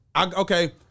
okay